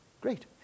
Great